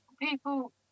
people